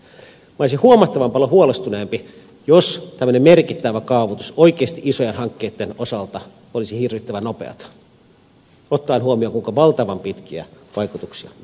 minä olisin huomattavan paljon huolestuneempi jos tämmöinen merkittävä kaavoitus oikeasti isojen hankkeitten osalta olisi hirvittävän nopeata ottaen huomioon kuinka valtavan pitkiä vaikutuksia näillä asioilla on